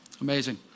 Amazing